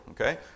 okay